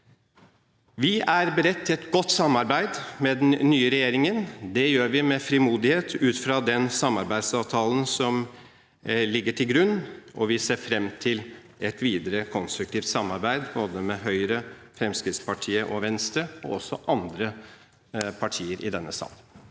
Vi er beredt til et godt samarbeid med den nye regjeringen. Det gjør vi med frimodighet ut fra den samarbeidsavtalen som ligger til grunn, og vi ser fram til et videre konstruktivt samarbeid både med Høyre, Fremskrittspartiet og Venstre – og også andre partier i denne sal.